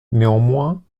néanmoins